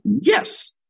Yes